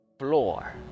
floor